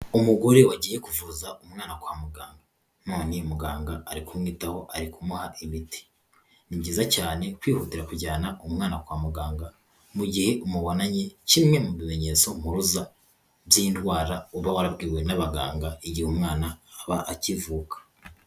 Umugore wagiye kuvuza umwana kwa muganga none muganga ari kumwitaho ari kumuha imiti. Ni byiza cyane kwihutira kujyana umwana kwa muganga mu gihe umubonanye kimwe mu bimenyetso mpuruza by'indwara uba warabwiwe n'abaganga igihe umwana aba akivuka.